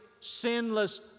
sinless